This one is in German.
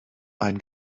ein